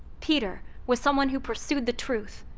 peter was someone who pursued the truth.